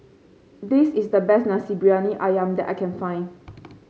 this is the best Nasi Briyani ayam that I can find